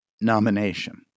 nomination